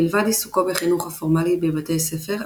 מלבד עיסוקו בחינוך הפורמלי בבתי ספר,